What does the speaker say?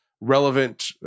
relevant